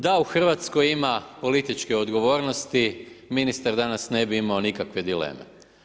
Da u Hrvatskoj ima političke odgovornosti, ministar danas ne bi imao nikakve dileme.